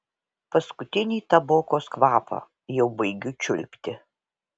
paskutinį tabokos kvapą jau baigiu čiulpti